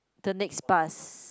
the next bus